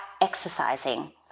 exercising